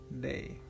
day